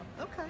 Okay